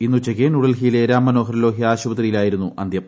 ഇന്ന് ഉച്ചയ്ക്ക് ന്യൂഡൽഹിയിലെ രാം മനോഹർ ലോഹ്യ ആശുപത്രിയിലായിരുന്നു അന്ത്യം